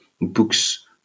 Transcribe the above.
books